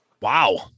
Wow